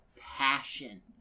passion